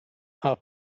are